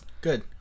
Good